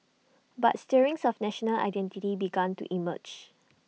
but stirrings of national identity began to emerge